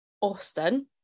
Austin